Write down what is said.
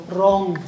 Wrong